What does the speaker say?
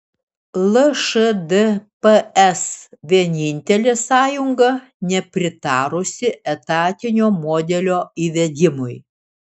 lšdps vienintelė sąjunga nepritarusi etatinio modelio įvedimui